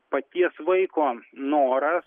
paties vaiko noras